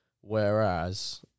Whereas